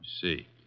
see